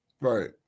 Right